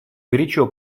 горячо